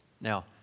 Now